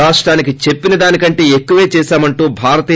రాష్టానికి చెప్పిన దానికంటే ఎక్కువే చేశామంటూ బి